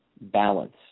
balance